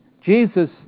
Jesus